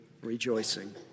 rejoicing